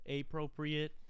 appropriate